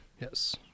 Yes